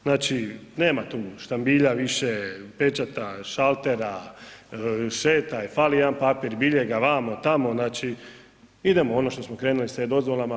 Znači nema tu štambilja više, pečata, šaltera, šetaj, fali jedan papir, biljega, vamo, tamo znači idemo ono što smo krenuli sa e-dozvolama.